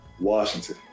Washington